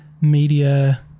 media